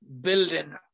building